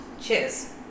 Cheers